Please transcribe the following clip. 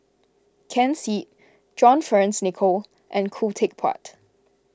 Ken Seet John Fearns Nicoll and Khoo Teck Puat